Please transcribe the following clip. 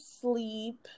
sleep